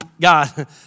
God